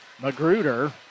Magruder